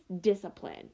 discipline